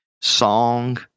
song